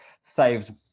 saved